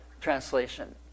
translation